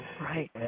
Right